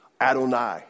Adonai